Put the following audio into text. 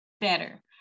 better